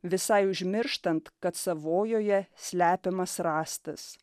visai užmirštant kad savojoje slepiamas rąstas